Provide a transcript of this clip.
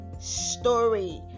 story